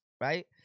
right